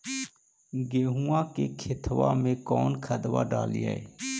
गेहुआ के खेतवा में कौन खदबा डालिए?